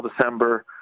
December